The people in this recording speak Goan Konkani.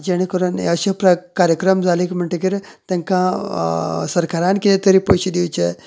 जेणे करून अशे कार्यक्रम जाले म्हणटगीर तांकां सरकारान कितें तरी पयशे दिवचे